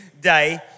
Day